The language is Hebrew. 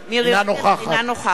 אינה נוכחת